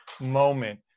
moment